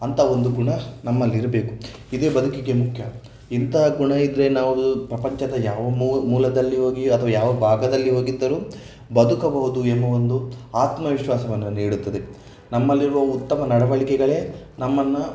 ಅಂಥ ಒಂದು ಗುಣ ನಮ್ಮಲ್ಲಿ ಇರಬೇಕು ಇದೇ ಬದುಕಿಗೆ ಮುಖ್ಯ ಇಂಥ ಗುಣ ಇದ್ದರೆ ನಾವು ಪ್ರಪಂಚದ ಯಾವ ಮೂ ಮೂಲೆಯಲ್ಲಿ ಹೋಗಿ ಅಥವಾ ಯಾವ ಭಾಗದಲ್ಲಿ ಹೋಗಿದ್ದರೂ ಬದುಕಬಹುದು ಎನ್ನುವ ಒಂದು ಆತ್ಮವಿಶ್ವಾಸವನ್ನು ನೀಡುತ್ತದೆ ನಮ್ಮಲ್ಲಿರುವ ಉತ್ತಮ ನಡವಳಿಕೆಗಳೇ ನಮ್ಮನ್ನು